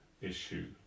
issue